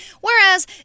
whereas